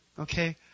Okay